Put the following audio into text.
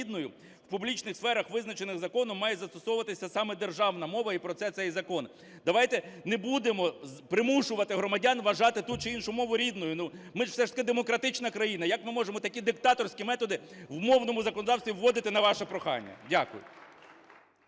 в публічних сферах, визначених законом, має застосовуватися саме державна мова, і про це цей закон. Давайте не будемо примушувати громадян вважати ту чи іншу мову рідною, ну, ми ж все ж таки демократична країна. Як ми можемо такі диктаторські методи в мовному законодавстві вводити на ваше прохання? Дякую.